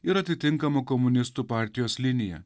ir atitinkamą komunistų partijos liniją